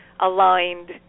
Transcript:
aligned